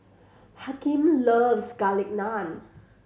Hakeem loves Garlic Naan